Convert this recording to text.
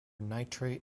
nitrate